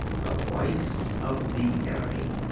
the voice of the enemy.